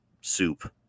soup